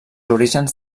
orígens